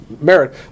merit